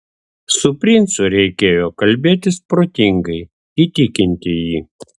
su princu reikėjo kalbėtis protingai įtikinti jį